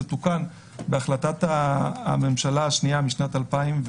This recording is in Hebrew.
זה תוקן להחלטת הממשלה השנייה משנת 2018,